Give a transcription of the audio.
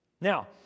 Now